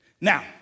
Now